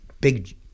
big